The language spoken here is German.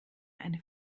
eine